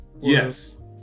yes